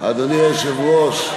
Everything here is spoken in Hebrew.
אדוני היושב-ראש,